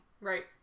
Right